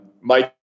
mike